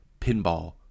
Pinball